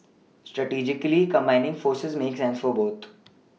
strategically combining forces makes sense for boot